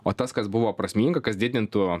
o tas kas buvo prasminga kas didintų